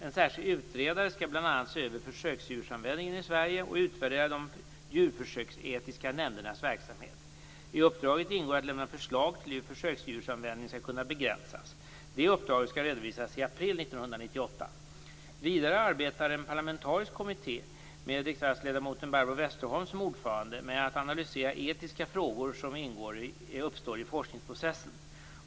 En särskild utredare skall bl.a. se över försöksdjursanvändningen i Sverige och utvärdera de djurförsöksetiska nämndernas verksamhet. I uppdraget ingår att lämna förslag till hur försöksdjursanvändningen skall kunna begränsas. Det uppdraget skall redovisas i april 1998. Vidare arbetar en parlamentarisk kommitté med riksdagsledamoten Barbro Westerholm som ordförande med att analysera etiska frågor som uppstår i forskningsprocessen.